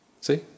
See